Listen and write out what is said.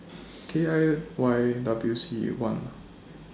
K I Y W C one